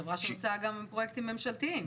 חברה שעושה גם פרויקטים ממשלתיים.